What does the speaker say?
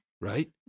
Right